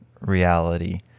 reality